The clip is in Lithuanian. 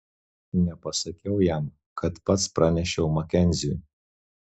nepasakiau jam kad pats pranešiau makenziui